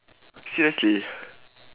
seriously